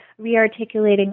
rearticulating